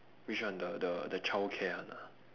which one the the the childcare one ah